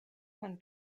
von